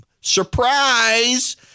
Surprise